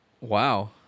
Wow